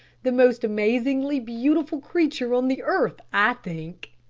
the most amazingly beautiful creature on the earth, i think.